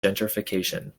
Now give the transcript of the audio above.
gentrification